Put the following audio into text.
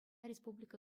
республика